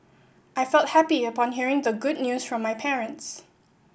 I felt happy upon hearing the good news from my parents